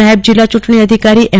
નાયબ જીલ્લા યુંટણી અધિકારી એમ